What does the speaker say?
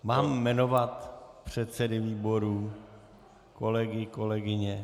Mám jmenovat předsedy výborů, kolegy, kolegyně?